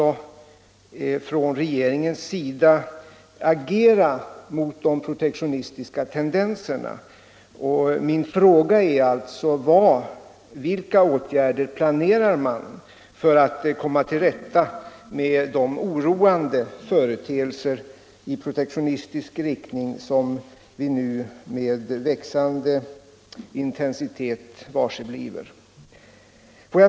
Regeringen måste också agera mot de protektionistiska tendenserna. Min fråga är: Vilka åtgärder planerar man för att komma till rätta med de oroande företeelser i protektionistisk riktning som vi nu med växande intensitet varseblir?